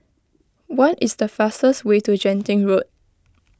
what is the fastest way to Genting Road